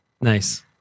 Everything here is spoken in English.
Nice